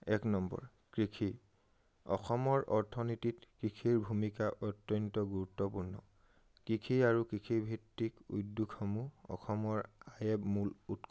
এক নম্বৰ কৃষি অসমৰ অৰ্থনীতিত কৃষিৰ ভূমিকা অত্যন্ত গুৰুত্বপূৰ্ণ কৃষি আৰু কৃষিভিত্তিক উদ্যোগসমূহ অসমৰ আয়ৰ মূল উৎ